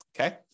okay